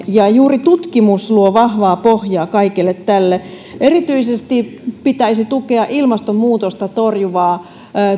ja juuri tutkimus luo vahvaa pohjaa kaikelle tälle erityisesti pitäisi tukea ilmastonmuutosta torjuvaa